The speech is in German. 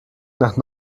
nach